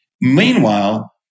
Meanwhile